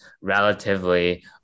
relatively